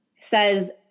says